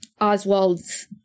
Oswald's